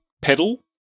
pedal